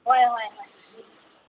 ꯍꯣꯏ ꯍꯣꯏ ꯍꯣꯏ